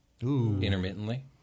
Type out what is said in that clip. intermittently